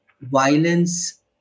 violence